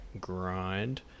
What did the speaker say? grind